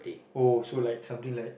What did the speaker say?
oh so like something like